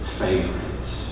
favorites